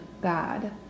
God